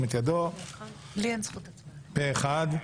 פה אחד.